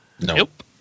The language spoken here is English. Nope